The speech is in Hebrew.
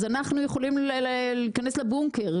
אז אנחנו יכולים להיכנס לבונקר,